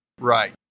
Right